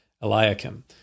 Eliakim